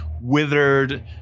withered